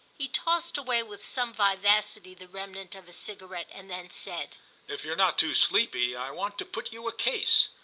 he tossed away with some vivacity the remnant of a cigarette and then said if you're not too sleepy i want to put you a case.